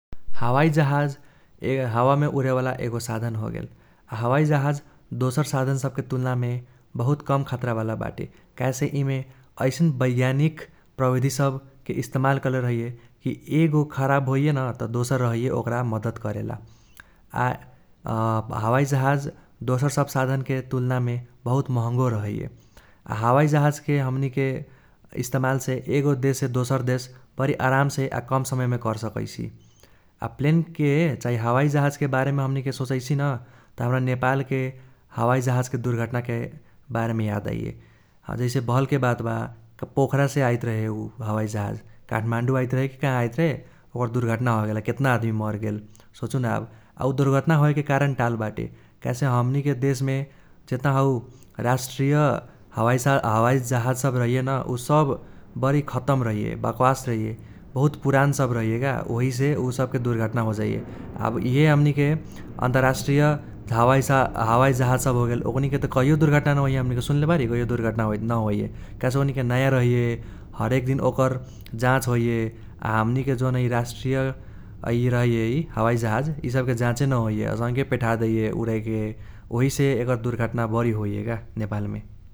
हावाईजाहाज हावामे उडेवाला एगो साधन होगेल । हावाईजाहाज दोसर साधन सबके तुल्नामे बहुत कम खत्रा वाला बाटे काहेसे इमे ऐसन वैज्ञानिक प्रविधि सबके इस्तमाल कर्ले रहैये कि एगो खराब होइये न त दोसर रहैये ओक्रा मद्दत करेला । आ हावाईजाहाज दोसर सब साधनके तुल्नामे बहुत महँगो रहैये । आ हावाईजाहाजके हमनीके इस्तमालसे एगो देशसे दोसर देश बरी आरामसे आ कम समयमे कर सकैसि । आ प्लेनके चाही हावाईजाहाजके बारेमे हमनीके सोचैसि न त हम्रा नेपालके हावाईजाहाजके दुर्घटनाके बारेमे याद आइये । जैसे भलके बात बा त पोखरासे आइत रहे उ हावाईजाहाज। काठमान्डु आइत रहे कि काहा आइत रहे ओकर दुर्घटना होगेल आ केतना आदमनी मर्गेल सोचू न आब । आ उ दुर्घटना होएके कारण टाल बाटे। काहेसे हमनीके देशमे जेतना हौ र्राष्ट्रिय हावाईजाहाज सब रहैये न उसब बरी खतम रहैये, बक्बास रहैये, बहुत पुरान सब रहैये का ओहिसे उसबके दुर्घटना होजाइये । आब इहे हमनीके अन्तर्राष्ट्रिय हावाईजाहाज सब होगेल ओक्नी त दुर्घटना न होइये हमनीके सुन्ले बारी उइहे दुर्घटना होइत न होइये काहेसे ओक्नी नाया रहैये, हरेक दिन ओकर जाच होइये । आ हमनीके जौन है र्राष्ट्रिय है रहैये इ हावाईजाहाज इससबके जाचे न होइये असंके पेठा देईये उरेके ओहिसे एकर दुर्घटना बरी होइये का नेपालमे।